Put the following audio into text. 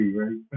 right